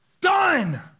Done